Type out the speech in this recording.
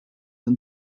and